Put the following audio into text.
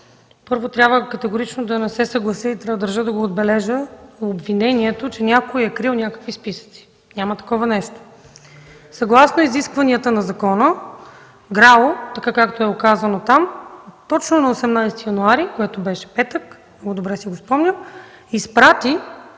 първо, трябва категорично да не се съглася, държа да го отбележа, с обвинението, че някой е крил някакви списъци. Няма такова нещо. Съгласно изискванията на закона, така както е указано там, точно на 18 януари, петък, много добре си го спомням, ГРАО изпрати